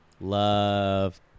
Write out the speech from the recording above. love